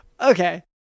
Okay